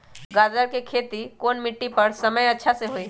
गाजर के खेती कौन मिट्टी पर समय अच्छा से होई?